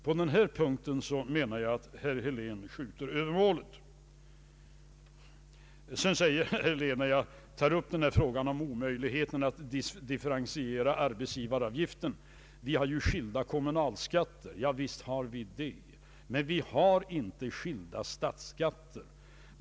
På denna punkt menar jag att herr Helén skjuter över målet. När jag framhåller omöjligheten att differentiera arbetsgivaravgiften, säger herr Helén att vi har skilda kommunalskatter. Ja, visst har vi det, men vi har inte skilda statsskatter.